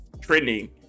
trending